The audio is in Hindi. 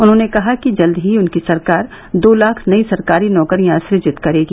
उन्होंने कहा कि जल्द ही उनकी सरकार दो लाख नयी सरकारी नौकरियां सुजित करेगी